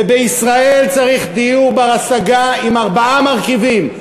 ובישראל צריך דיור בר-השגה עם ארבעה מרכיבים: